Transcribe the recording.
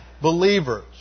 believers